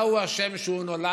מה הוא אשם שהוא נולד,